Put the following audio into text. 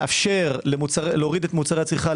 לאפשר להוריד את מוצרי הצריכה,